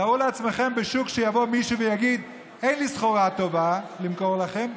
תארו לעצמכם שבשוק יבוא מישהו ויגיד: אין לי סחורה טובה למכור לכם,